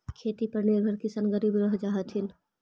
खेती पर निर्भर किसान गरीब रह जा हथिन